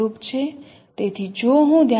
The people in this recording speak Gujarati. તેથી જો હું ધ્યાન માં લઈશ તો આ z દિશાઓ છે